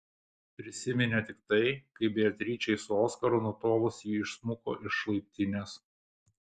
prisiminė tik tai kaip beatričei su oskaru nutolus ji išsmuko iš laiptinės